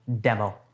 demo